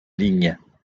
ligne